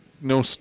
no